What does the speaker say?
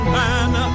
man